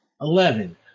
Eleven